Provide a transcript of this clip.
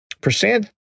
percent